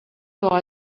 boy